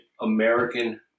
American